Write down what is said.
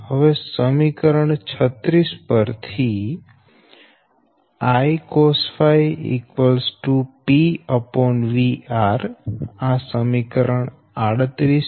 હવે સમીકરણ 36 પરથી I cosɸ P|VR| આ સમીકરણ 38 છે